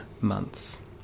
months